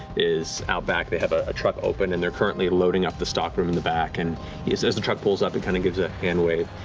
is out back. they have a truck open and they're currently loading up the stock room in the back, and he says the truck pulls up and kind of gives a hand wave.